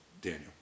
Daniel